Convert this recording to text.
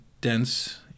dense